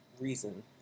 reason